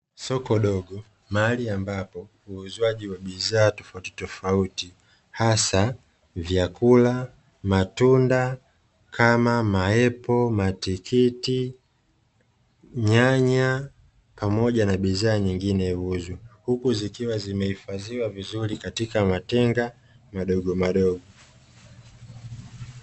Soko dogo mahali ambapo uuzwaji wa bidhaa tofauti tofauti hasa vyakula, matunda kama: maepo, matikiti, nyanya pamoja na bidhaa nyingine huuzwa, huku zikiwa zimehifadhiwa vizuri katika matenga madogomadogo.